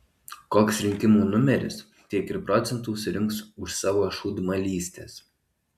koks rinkimų numeris tiek ir procentų surinks už savo šūdmalystes